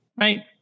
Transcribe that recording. Right